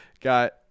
got